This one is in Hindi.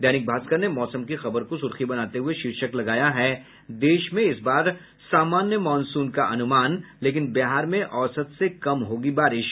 दैनिक भास्कर ने मौसम की खबर को सुर्खी बनाते हुए शीर्षक लगाया है देश में इस बार सामान्य मॉनसून का अनुमान लेकिन बिहार में औसत से कम होगी बारिश